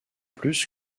plus